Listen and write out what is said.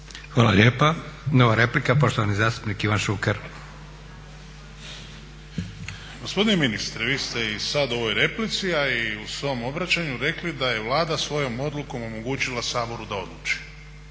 Hvala lijepa. Nova replika, poštovani zastupnik Ivan Šuker. **Šuker, Ivan (HDZ)** Gospodine ministre, vi ste i sada u ovoj replici, a i u svom obraćanju rekli da je Vlada svojom odlukom omogućila Saboru da odluči.